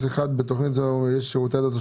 על פי החלוקה של 4,400 מיליון שקלים לתכנית 22-01-03